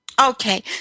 Okay